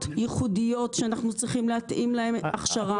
ייחודיות שאנחנו צריכים להתאים להם הכשרה,